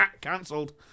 Cancelled